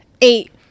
eight